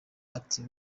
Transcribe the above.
ati